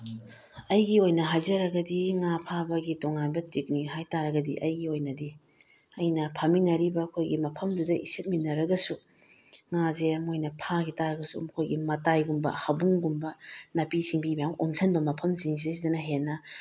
ꯑꯩꯒꯤ ꯑꯣꯏꯅ ꯍꯥꯏꯖꯔꯒꯗꯤ ꯉꯥ ꯐꯥꯕꯒꯤ ꯇꯣꯉꯥꯟꯕ ꯇꯦꯛꯀꯅꯤꯛ ꯍꯥꯏꯕ ꯇꯥꯔꯒꯗꯤ ꯑꯩꯒꯤ ꯑꯣꯏꯅꯗꯤ ꯑꯩꯅ ꯐꯥꯃꯤꯟꯅꯔꯤꯕ ꯑꯩꯈꯣꯏꯒꯤ ꯃꯐꯝꯗꯨꯗ ꯏꯁꯤꯠꯃꯤꯟꯅꯔꯒꯁꯨ ꯉꯥꯁꯦ ꯃꯣꯏꯅ ꯐꯥꯈꯤꯕ ꯇꯥꯔꯒꯁꯨ ꯃꯈꯣꯏꯒꯤ ꯃꯇꯥꯏꯒꯨꯝꯕ ꯍꯥꯕꯨꯡꯒꯨꯝꯕ ꯅꯥꯄꯤ ꯁꯤꯡꯕꯤ ꯃꯌꯥꯝ ꯑꯣꯝꯁꯟꯕ ꯃꯐꯝꯁꯤꯁꯤꯡꯗꯩꯗꯅ ꯍꯦꯟꯅ